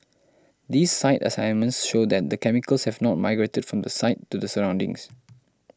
these site assessments show that the chemicals have not migrated from the site to the surroundings